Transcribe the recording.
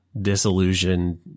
disillusioned